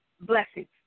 blessings